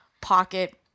pocket